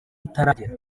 itaragera